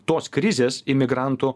tos krizės imigrantų